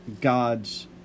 God's